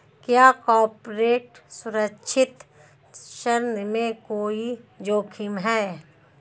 क्या कॉर्पोरेट असुरक्षित ऋण में कोई जोखिम है?